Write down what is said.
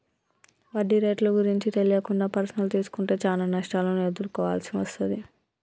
వడ్డీ రేట్లు గురించి తెలియకుండా పర్సనల్ తీసుకుంటే చానా నష్టాలను ఎదుర్కోవాల్సి వస్తది